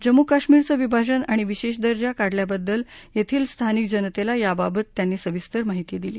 जम्मू कश्मीरचं विभाजन आणि विशेष दर्जा काढल्याबद्दल येथील स्थानिक जनतेला याबाबत त्यांनी सविस्तर माहिती दिली